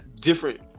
different